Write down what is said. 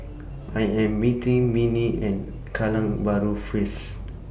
I Am meeting Minnie At Kallang Bahru Fris